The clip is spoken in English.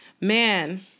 man